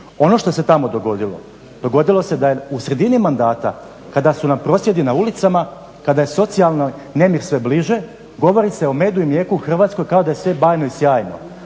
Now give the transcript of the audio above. Ono što se tamo dogodilo, dogodilo se da je u sredini mandata, kada su nam prosvjedi na ulicama, kada je socijalni nemir sve bliže, govori se o medu i mlijeku u Hrvatskoj kao da je sve bajno i sjajno,